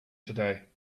today